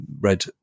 red